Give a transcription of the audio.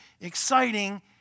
exciting